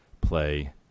Play